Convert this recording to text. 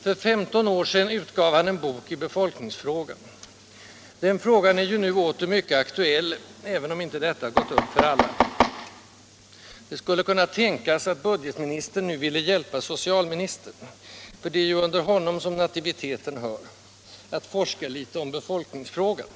För 15 år sedan utgav han en bok i befolkningsfrågan. Den frågan är ju nu åter mycket aktuell, även om detta inte gått upp för alla. Det skulle kunna tänkas att budgetministern nu ville hjälpa socialministern — för det är ju under honom som nativiteten hör — att forska litet om befolkningsfrågan.